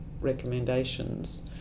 recommendations